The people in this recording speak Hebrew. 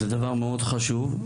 הוא דבר מאוד חשוב.